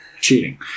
Cheating